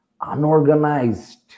unorganized